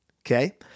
okay